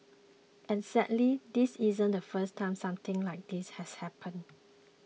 and sadly this isn't the first time something like this has happened